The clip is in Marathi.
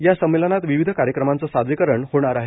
या संमेलनात विविध कार्यक्रमांचे सादरीकरण होणार आहेत